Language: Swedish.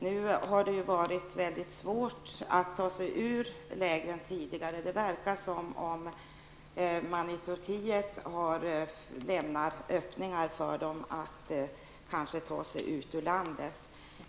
Det har ju tidigare varit mycket svårt att ta sig ur lägren. Det verkar som om man i Turkiet har lämnat öppningar för dessa flyktingar -- att de kanske kan ta sig ut ur landet.